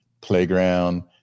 playground